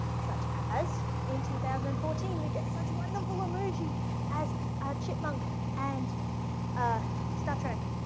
such as in two thousand and fourteen, we get such wonderful emoji as a chipmunk, and ah star trek,